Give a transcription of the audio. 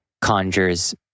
conjures